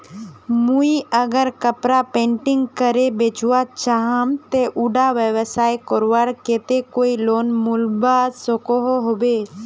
मुई अगर कपड़ा पेंटिंग करे बेचवा चाहम ते उडा व्यवसाय करवार केते कोई लोन मिलवा सकोहो होबे?